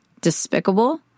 despicable